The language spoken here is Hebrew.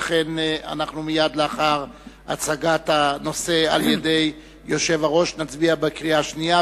לכן מייד לאחר הצגתה על-ידי היושב-ראש נצביע בקריאה שנייה,